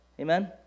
Amen